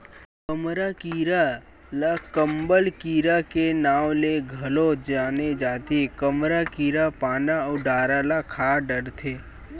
कमरा कीरा ल कंबल कीरा के नांव ले घलो जाने जाथे, कमरा कीरा पाना अउ डारा ल खा डरथे